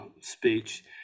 speech